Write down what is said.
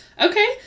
okay